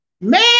Man